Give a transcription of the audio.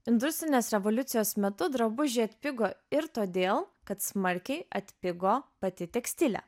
industrinės revoliucijos metu drabužiai atpigo ir todėl kad smarkiai atpigo pati tekstilė